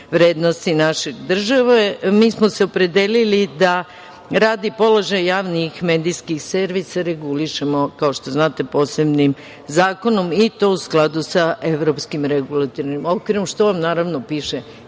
vrednosti naše države. Mi smo se opredelili da rad i položaj javnih medijskih servisa regulišemo, kao što znate, posebnim zakonom i to u skladu sa evropskim regulatornim okvirom, što naravno, piše